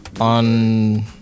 on